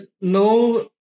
no